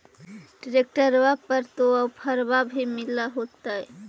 ट्रैक्टरबा पर तो ओफ्फरबा भी मिल होतै?